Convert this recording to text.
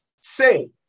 say